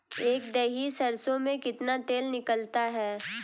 एक दही सरसों में कितना तेल निकलता है?